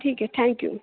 ठीक है थैंक्यू